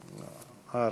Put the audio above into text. דקה 4